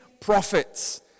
prophets